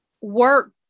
work